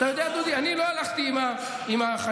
אני לא הלכתי עם החליפה,